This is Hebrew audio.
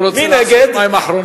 איציק, הוא רוצה לעשות מים אחרונים.